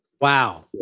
Wow